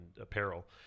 apparel